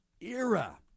era